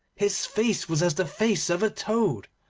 his face was as the face of a toad,